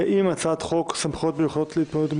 עם הצעת חוק סמכויות מיוחדות להתמודדות עם